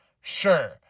Sure